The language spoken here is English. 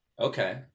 Okay